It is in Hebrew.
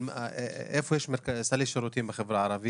בניית תוכנית חומש להסדרה מחודשת ומכרוז השירותים,